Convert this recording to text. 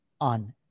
on